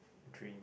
dream